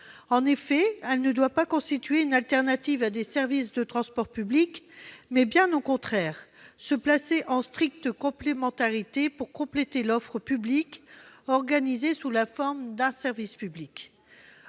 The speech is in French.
En effet, elle doit non pas constituer une alternative à des services de transport public, mais, bien au contraire, se placer en stricte complémentarité pour compléter l'offre publique organisée sous la forme d'un service public.